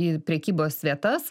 į prekybos vietas